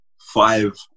five